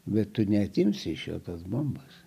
bet tu neatimsi iš jo tos bombos